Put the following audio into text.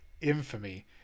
infamy